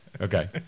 Okay